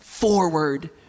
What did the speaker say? Forward